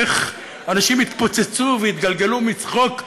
איך אנשים התפוצצו והתגלגלו מצחוק,